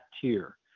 tier